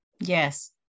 Yes